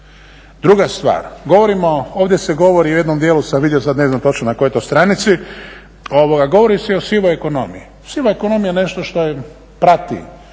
Druga stvar, ovdje se govori u jednom dijelu sam vidio sad ne znam točno na kojoj je to stranici, govori se i o sivoj ekonomiji. Siva ekonomija je nešto što prati